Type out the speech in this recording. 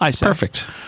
perfect